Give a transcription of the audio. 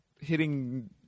hitting